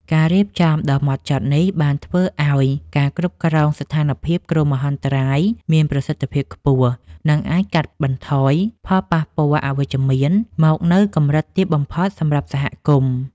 ការរៀបចំដ៏ហ្មត់ចត់នេះ បានធ្វើឱ្យការគ្រប់គ្រងស្ថានភាពគ្រោះមហន្តរាយមានប្រសិទ្ធភាពខ្ពស់ និងអាចកាត់បន្ថយផលប៉ះពាល់អវិជ្ជមានមកនៅកម្រិតទាបបំផុតសម្រាប់សហគមន៍។